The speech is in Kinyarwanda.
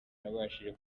nabashije